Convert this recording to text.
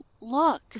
look